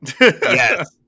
Yes